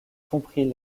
compris